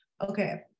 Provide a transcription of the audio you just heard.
okay